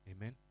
Amen